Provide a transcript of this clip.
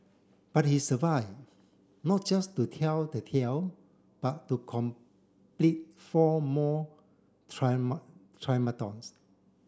but he survived not just to tell the tale but to complete four more